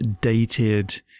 dated